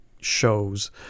shows